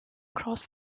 across